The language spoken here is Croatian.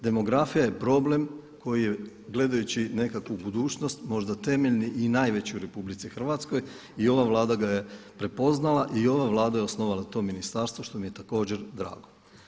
Demografija je problem koji je gledajući nekakvu budućnost možda temeljni i najveći u Republici Hrvatskoj i ova Vlada ga je prepoznala i ova Vlada je osnovala to ministarstvo što mi je također drago.